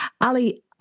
Ali